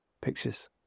pictures